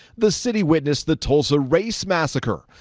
the city witnessed the tulsa race massacre.